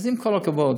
אז עם כל הכבוד,